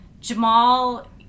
jamal